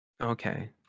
okay